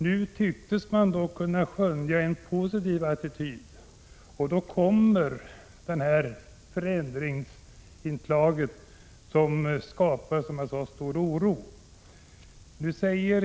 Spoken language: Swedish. Nu tycktes man kunna skönja en positiv attityd. Då kommer dessa förändringar som skapar, som jag sade, en stor oro.